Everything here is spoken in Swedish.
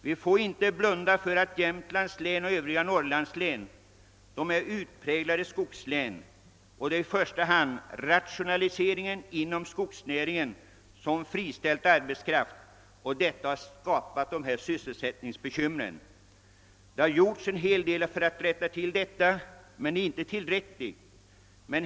Vi får inte blunda för att Jämtlands län och övriga Norrlandslän är utpräglade skogslän, och det är i första hand rationaliseringen inom skogsnäringen som friställt arbetskraft, och detta har skapat sysselsättningsbekymmer. Det har gjorts en hel del för att rätta till situationen, men inte tillräckligt.